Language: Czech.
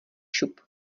šup